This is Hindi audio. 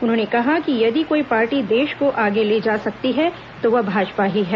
उन्होंने कहा कि यदि कोई पार्टी देश को आगे ले जा सकती है तो वह भाजपा ही है